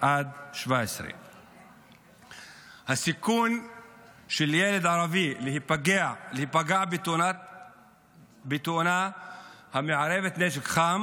עד 17. הסיכון של ילד ערבי להיפגע בתאונה המערבת נשק חם